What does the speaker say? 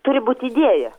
turi būti idėja